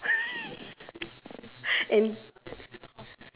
and